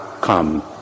come